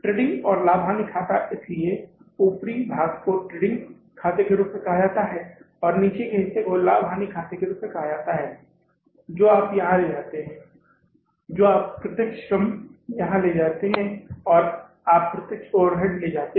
trading और लाभ और हानि खाता इसलिए ऊपरी भाग को ट्रेडिंग खाते के रूप में कहा जाता है और निचले हिस्से को लाभ और हानि खाते के रूप में कहा जाता है जो आप यहां ले जाते हैं जो आप प्रत्यक्ष श्रम यहां ले जाते हैं और आप प्रत्यक्ष ओवरहेड ले जाते हैं